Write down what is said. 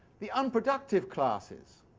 the unproductive classes.